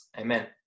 Amen